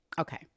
Okay